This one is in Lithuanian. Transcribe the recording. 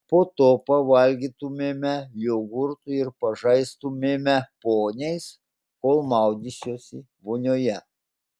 po to pavalgytumėme jogurto ir pažaistumėme poniais kol maudysiuosi vonioje